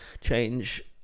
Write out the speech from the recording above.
change